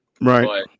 Right